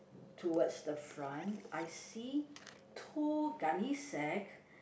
towards the front I see two gunny sack